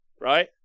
Right